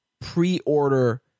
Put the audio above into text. pre-order